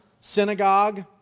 synagogue